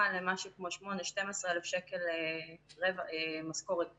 ל-8,000 עד 12,000 שקל משכורת בחודש.